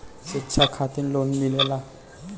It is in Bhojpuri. शिक्षा खातिन लोन मिलेला?